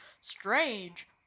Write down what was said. strange